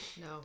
No